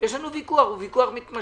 יש לנו ויכוח וזה ויכוח מתמשך.